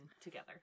together